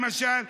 למשל,